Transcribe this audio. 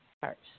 first